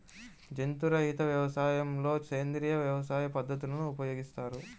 జంతు రహిత వ్యవసాయంలో సేంద్రీయ వ్యవసాయ పద్ధతులను ఉపయోగిస్తారు